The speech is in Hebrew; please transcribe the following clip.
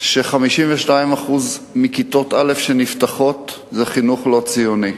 שב-52% מכיתות א' שנפתחות החינוך לא ציוני.